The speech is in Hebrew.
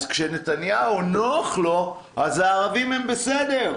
אז כאשר נתניהו נוח לו, אז הערבים הם בסדר.